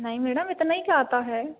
नहीं मैडम इतने ही का आता है